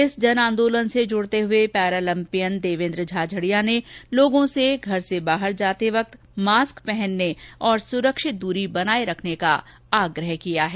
इस जन आंदोलन से जुड़ते हुए पैरालम्पियन देवेन्द्र झाझड़िया ने लोगो से घर से बाहर जाने पर मास्क पहनने और सुरक्षित दूरी बनाये रखने का आयाह किया है